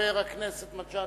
חבר הכנסת מג'אדלה.